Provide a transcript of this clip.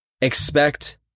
expect